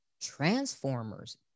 transformers